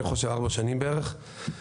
ארבע שנים בערך.